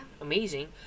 amazing